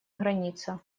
граница